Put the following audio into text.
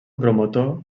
promotor